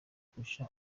kurusha